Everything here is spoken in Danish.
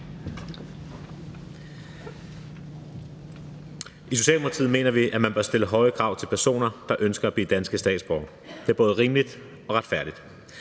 I Socialdemokratiet mener vi, at man bør stille høje krav til personer, der ønsker at blive danske statsborgere. Det er både rimeligt og retfærdigt.